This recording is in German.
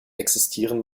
existieren